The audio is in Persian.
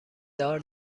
دار